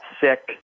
sick